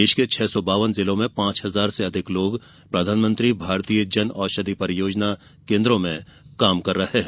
देश के छह सौ बावन जिलों में पांच हजार से अधिक लोग प्रधानमंत्री भारतीय जन औषधि परियोजना केन्द्रों में काम कर रहे हैं